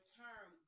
term